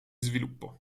sviluppo